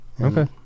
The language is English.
Okay